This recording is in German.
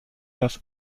das